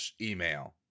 email